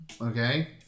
Okay